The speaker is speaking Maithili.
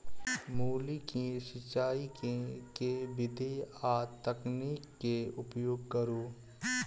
मूली केँ सिचाई केँ के विधि आ तकनीक केँ उपयोग करू?